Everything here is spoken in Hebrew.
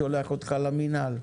שולח אותך למינהל,